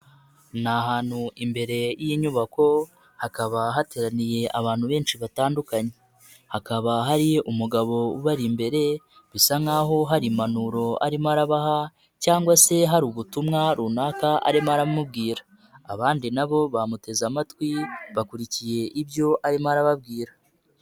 Ni ahantu imbere y'inyubako hakaba hateraniye abantu benshi batandukanye, hakaba hari umugabo ubari imbere bisa nkaho hari impanuro arimo arabaha cyangwa se hari ubutumwa runaka arimo arababwira, abandi na bo bamuteze amatwi bakurikiye ibyo arimo arababwira.